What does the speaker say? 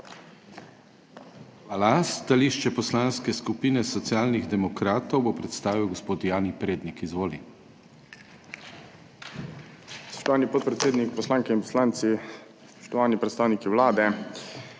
Hvala. Stališče Poslanske skupine Socialnih demokratov bo predstavil gospod Jani Prednik. Izvoli. JANI PREDNIK (PS SD): Spoštovani podpredsednik, Poslanke in poslanci, spoštovani predstavniki Vlade.